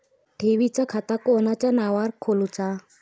ठेवीचा खाता कोणाच्या नावार खोलूचा?